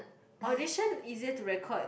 audition easier to record